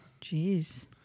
Jeez